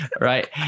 Right